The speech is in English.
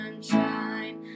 sunshine